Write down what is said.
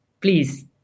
please